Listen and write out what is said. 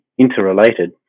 interrelated